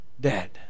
dead